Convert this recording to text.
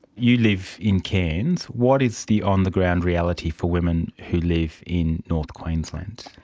you live in cairns. what is the on-the-ground reality for women who live in north queensland?